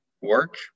work